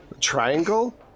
Triangle